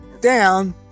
down